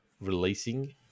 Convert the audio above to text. releasing